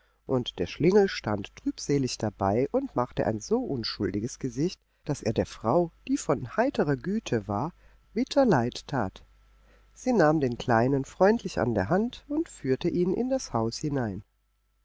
und der schlingel stand trübselig dabei und machte ein so unschuldiges gesicht daß er der frau die von heiterer güte war bitter leid tat sie nahm den kleinen freundlich an der hand und führte ihn in das haus hinein